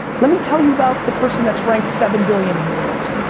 lemme tell you about the person that's ranked seven billion in the world.